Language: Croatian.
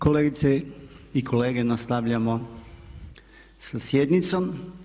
Kolegice i kolege, nastavljamo sa sjednicom.